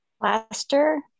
Plaster